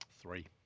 Three